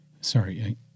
sorry